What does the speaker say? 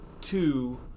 two